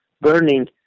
burning